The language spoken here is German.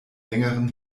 längeren